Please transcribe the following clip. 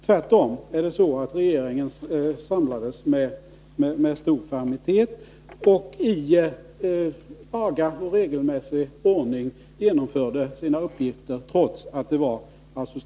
Tvärtom samlades regeringen trots brådskan med stor fermitet och genomförde sina uppgifter i laga och regelmässig ordning.